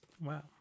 Wow